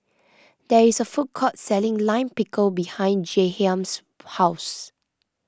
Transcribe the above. there is a food court selling Lime Pickle behind Jahiem's house